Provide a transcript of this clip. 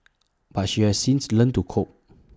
but she has since learnt to cope